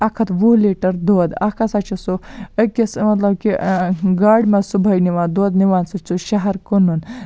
اَکھ ہَتھ وُہ لیٖٹَر دۄد اَکھ ہَسا چھِ سُہ أکِس مطلب کہِ گاڑِ مَنز صبحٲے نِوان دۄد نِوان سُہ چھُ شَہَر کٕنُن